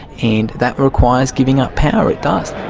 and that requires giving up power, it does.